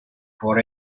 for